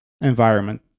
environment